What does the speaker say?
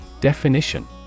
Definition